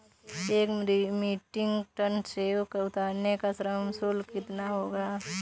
एक metric tonne सेव उतारने का श्रम शुल्क कितना होगा?